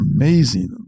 amazing